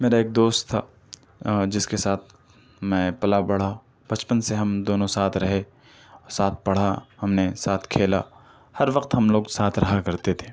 میرا ایک دوست تھا جس کے ساتھ میں پلا بڑا بچپن سے ہم دونوں ساتھ رہے ساتھ پڑھا ہم نے ساتھ کھیلا ہر وقت ہم لوگ ساتھ رہا کرتے تھے